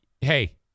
hey